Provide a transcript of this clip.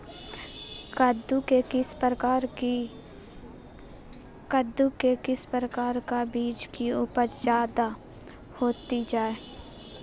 कददु के किस प्रकार का बीज की उपज जायदा होती जय?